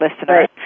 listeners